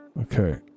Okay